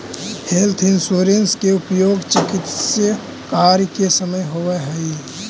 health insurance के उपयोग चिकित्स कार्य के समय होवऽ हई